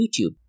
YouTube